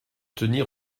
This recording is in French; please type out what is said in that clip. tenir